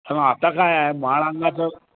तर मग आता काय आहे माळअंगाचं